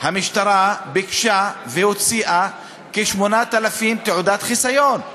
המשטרה ביקשה והוציאה כ-8,000 תעודות חיסיון.